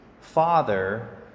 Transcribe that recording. father